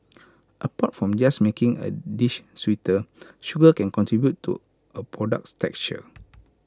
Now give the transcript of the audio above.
apart from just making A dish sweeter sugar can contribute to A product's texture